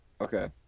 Okay